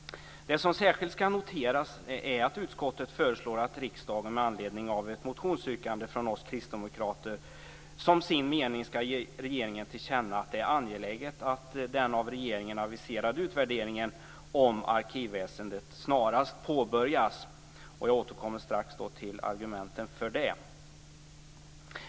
Det som särskilt ska noteras är att utskottet föreslår att riksdagen med anledning av ett motionsyrkande från oss kristdemokrater som sin mening ska ge regeringen till känna att det är angeläget att den av regeringen aviserade utvärderingen om arkivväsendet snarast påbörjas. Jag återkommer strax till argumenten för det.